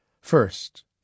First